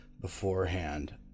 beforehand